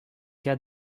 cas